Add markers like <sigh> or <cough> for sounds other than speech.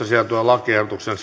<unintelligible> sisältyvän lakiehdotuksen <unintelligible>